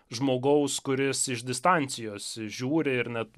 žmogaus kuris iš distancijos žiūri ir net